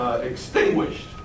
extinguished